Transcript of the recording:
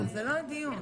לא הדיון.